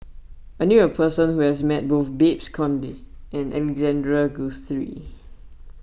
I knew a person who has met both Babes Conde and Alexander Guthrie